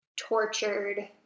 tortured